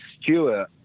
Stewart